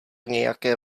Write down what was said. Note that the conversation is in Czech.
nějaké